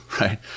right